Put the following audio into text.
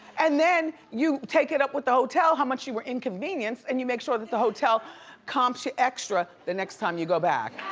and then you take it up with the hotel how much you were inconvenienced and you make sure that the hotel comps you extra the next time you go back.